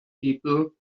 people